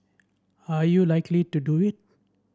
are you likely to do it